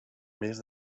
més